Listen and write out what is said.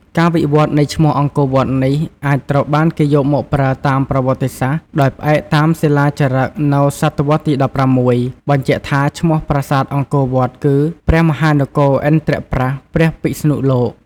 ការវិវត្តនៃឈ្មោះ អង្គរវត្ត នេះអាចត្រូវបានគេយកមកប្រើតាមប្រវត្តិសាស្ត្រដោយផ្អែកតាមសិលាចារឹកនៅសតវត្សទី១៦បញ្ជាក់ថា ឈ្មោះប្រាសាទអង្គរវត្តគឺ ព្រះមហានគរឥន្រ្ទប្រ័ស្ថព្រះពិស្ណុលោក។